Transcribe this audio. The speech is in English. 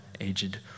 aged